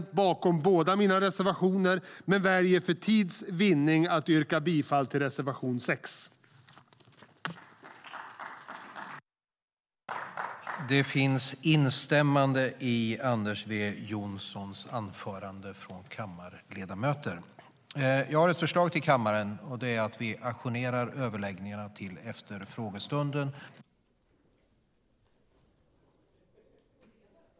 Jag står bakom båda mina reservationer, men väljer för tids vinnande att yrka bifall till reservation 6.